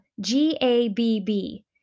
G-A-B-B